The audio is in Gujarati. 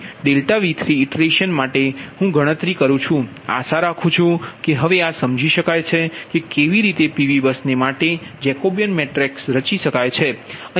તેથી ΔV3ઇટરેશન માટે હું ગણતરી કરુ છુ આશા રાખુ છુ કે હવે આ સમજી શકાય છે કે કેવી રીતે PV બસ ને માટે જેકોબીયન મેટ્રિક્સ રચી શકાય છે